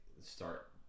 start